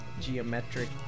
geometric